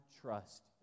trust